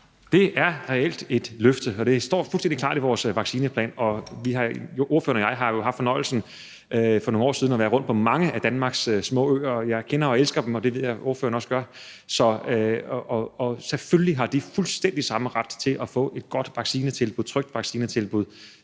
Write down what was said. Det er reelt et løfte. Og det står fuldstændig klart i vores vaccineplan. Spørgeren og jeg har jo haft fornøjelsen af for nogle år siden at være rundt på mange af Danmarks små øer. Jeg kender og elsker dem, og det ved jeg at spørgeren også gør. Og selvfølgelig har de ligesom alle andre fuldstændig samme ret til at få et godt og trygt vaccinetilbud.